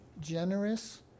generous